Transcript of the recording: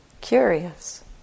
curious